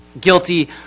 guilty